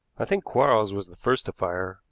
i think quarles was the first to fire,